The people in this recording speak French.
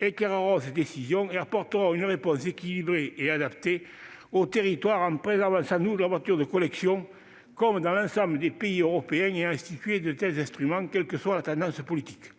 éclaireront cette décision et apporteront une réponse équilibrée et adaptée au territoire, en préservant sans doute la voiture de collection, comme dans l'ensemble des pays européens ayant institué de tels instruments, quelle que soit la tendance politique.